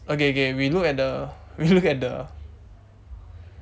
okay okay we look at the we look at the